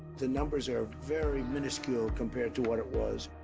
the numbers are very miniscule compared to what it was.